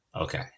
Okay